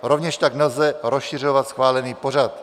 Rovněž tak nelze rozšiřovat schválený pořad.